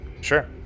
Sure